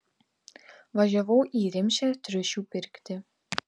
važiavau į rimšę triušių pirkti